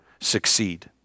succeed